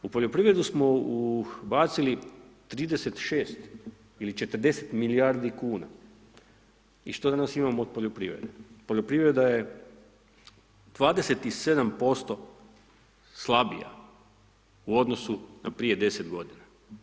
U poljoprivredu smo ubacili 36 ili 40 milijardi kuna i što danas imamo od poljoprivrede, poljoprivreda je 27% slabija u odnosu na prije 10 godina.